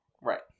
right